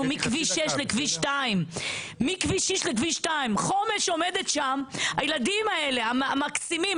מכביש 6 לכביש 2. הילדים האלה המקסימים,